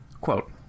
Quote